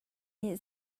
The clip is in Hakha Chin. nih